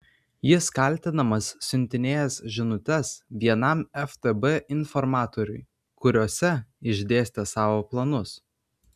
jis kaltinamas siuntinėjęs žinutes vienam ftb informatoriui kuriose išdėstė savo planus